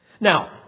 Now